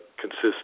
consists